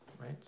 right